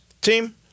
team